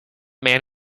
man